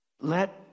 Let